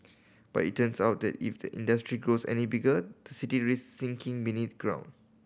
but it turns out that if the industry grows any bigger the city risks sinking beneath ground